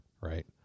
right